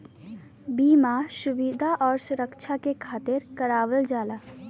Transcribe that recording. बीमा सुविधा आउर सुरक्छा के खातिर करावल जाला